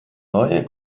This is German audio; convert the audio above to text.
neue